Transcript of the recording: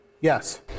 Yes